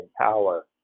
power